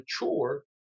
mature